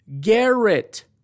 Garrett